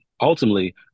ultimately